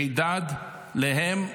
הידד להם.